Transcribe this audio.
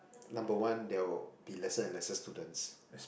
number one there will be lesser and lesser students